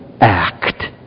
act